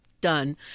done